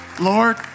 Lord